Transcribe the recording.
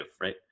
right